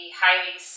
highly